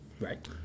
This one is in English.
Right